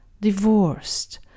divorced